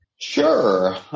Sure